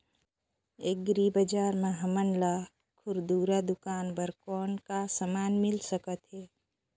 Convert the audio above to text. Agri बजार म हमन ला खुरदुरा दुकान बर कौन का समान मिल सकत हे?